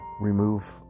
remove